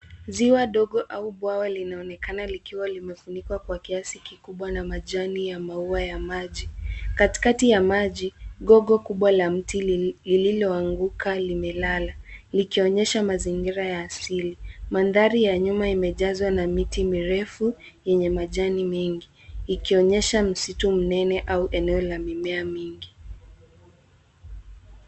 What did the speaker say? Ziwa dogo au bwawa linaonekana likiwa limefunikwa kwa kiasi kikubwa na majani ya maua ya maji. Katikati ya maji, gogo kubwa la mti lililoanguka limelala likionyesha mazingira ya asili. Mandhari ya nyuma imejazwa na miti mirefu yenye majani mengi ikionyesha msitu mnene au eneo la mimea mingi.